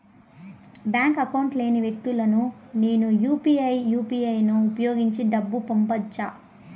Bank account లేని వ్యక్తులకు నేను యు పి ఐ యు.పి.ఐ ను ఉపయోగించి డబ్బు పంపొచ్చా?